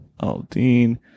Aldean